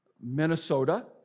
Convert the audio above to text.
Minnesota